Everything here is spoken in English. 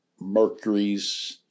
Mercurys